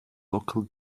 local